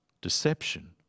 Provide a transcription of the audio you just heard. deception